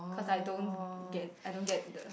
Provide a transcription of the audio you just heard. cause I don't get I don't get the